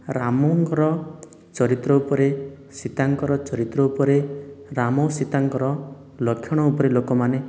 ରାମଙ୍କର ଚରିତ୍ର ଉପରେ ସୀତାଙ୍କର ଚରିତ୍ର ଉପରେ ରାମ ସୀତାଙ୍କର ଲକ୍ଷଣ ଉପରେ ଲୋକମାନେ